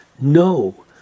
no